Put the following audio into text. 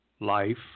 Life